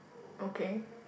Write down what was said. okay